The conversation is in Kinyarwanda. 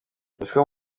uziko